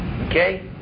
Okay